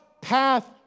path